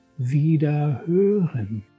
wiederhören